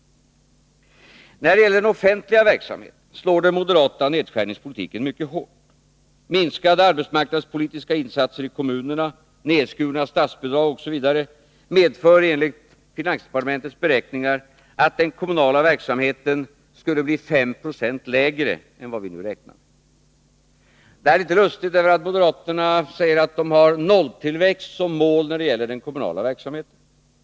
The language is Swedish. När det gäller den offentliga verksamheten slår den moderata nedskärningspolitiken mycket hårt. Minskade arbetsmarknadspolitiska insatser i kommunerna, nedskurna statsbidrag osv. medför enligt finansdepartementets beräkningar att den kommunala verksamheten skulle bli 5 96 lägre än vad vi nu räknar med. Det här är litet lustigt, därför att moderaterna säger att de har nolltillväxt när det gäller den kommunala verksamheten.